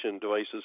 devices